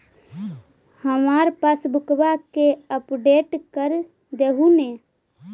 हमार पासबुकवा के अपडेट कर देहु ने?